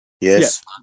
Yes